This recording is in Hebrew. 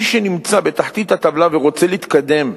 מי שנמצא בתחתית הטבלה ורוצה להתקדם,